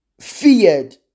feared